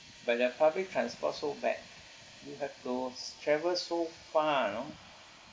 but the public transport so bad you have those travelled so far you know